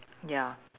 ya